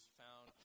found